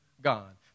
God